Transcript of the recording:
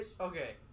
Okay